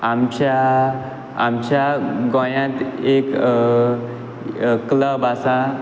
आमच्या आमच्या गोंयांत एक एक क्लब आसा